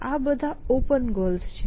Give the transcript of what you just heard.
આ બધા open goals છે